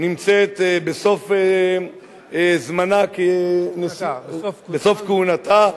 נמצאת בסוף זמנה, בסוף כהונתה.